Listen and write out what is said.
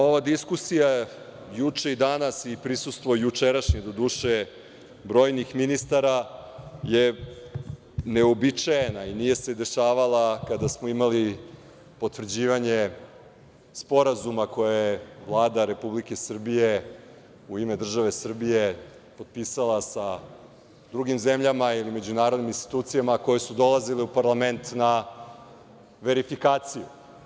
Ova diskusija juče i danas i jučerašnje prisustvo višebrojnih ministara je neuobičajena i nije se dešavala kada smo imali potvrđivanje sporazuma koje je Vlada Republike Srbije u ime države Srbije potpisala sa drugim zemljama ili međunarodnim institucijama koje su dolazile u parlament na verifikaciju.